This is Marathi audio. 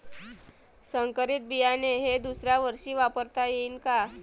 संकरीत बियाणे हे दुसऱ्यावर्षी वापरता येईन का?